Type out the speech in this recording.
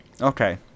Okay